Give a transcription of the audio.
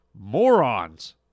morons